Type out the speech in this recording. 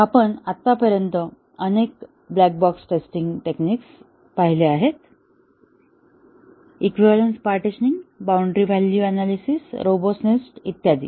आपण आतापर्यंत अनेक ब्लॅक बॉक्स टेस्टिंग टेक्निक्स पाहिली आहेत equivalence partitioning boundary value robustness इत्यादी